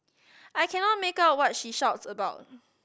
I cannot make out what she shouts about